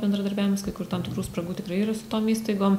bendradarbiavimas kai kur tam tikrų spragų tikrai yra su tom įstaigom